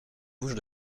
bouche